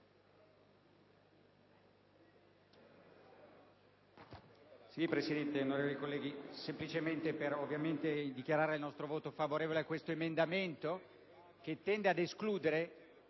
Presidente, onorevoli colleghi, semplicemente per dichiarare il nostro voto favorevole al nostro emendamento, che tende ad escludere